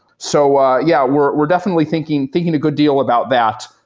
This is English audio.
so ah yeah, we're we're definitely thinking thinking a good deal about that.